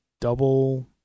double